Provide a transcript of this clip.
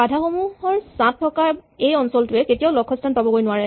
বাধাসমূহৰ ছাঁত থকা এই অ়ঞ্চলটোৱে কেতিয়াও লক্ষস্হান পাবগৈ নোৱাৰে